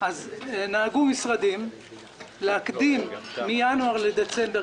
נהגו משרדים להקדים מינואר לדצמבר,